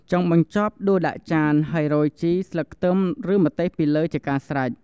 ចុងបញ្ចប់ដួសដាក់ចាន ហើយរោយជីរ ស្លឹកខ្ទឹម ឬម្ទេសពីលើជាការស្រេច។